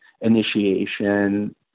initiation